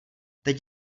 teď